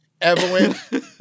Evelyn